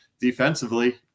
defensively